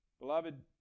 Beloved